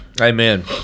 Amen